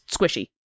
squishy